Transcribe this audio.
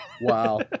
Wow